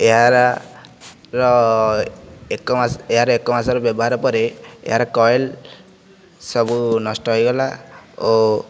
ଏହା ହେଲା ଏହାର ଏକ ମାସର ବ୍ୟବହାର ପରେ ଏହାର କଏଲ୍ ସବୁ ନଷ୍ଟ ହୋଇଗଲା ଓ